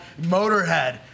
Motorhead